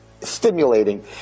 stimulating